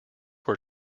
were